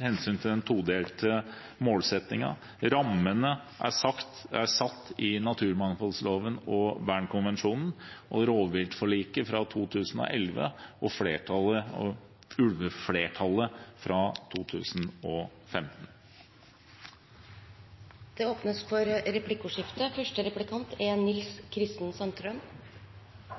hensyn til den todelte målsettingen. Rammene er satt i naturmangfoldloven og Bernkonvensjonen, rovviltforliket fra 2011 og flertallets ulvevedtak fra 2016. Det blir replikkordskifte. Denne debatten viser at det er